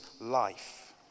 life